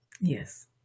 Yes